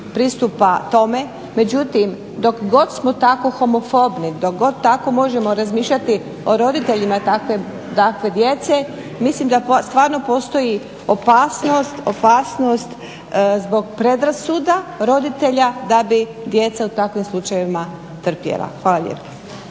pristupa tome. Međutim, dok god smo tako homofobni, dok god tako možemo razmišljati o roditeljima takve djece, mislim da stvarno postoji opasnost, opasnost zbog predrasuda da bi djeca u takvim slučajevima trpjela. Hvala lijepa.